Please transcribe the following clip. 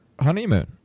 honeymoon